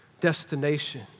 destination